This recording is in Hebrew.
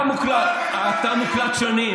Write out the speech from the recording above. ההתנהגות הברברית.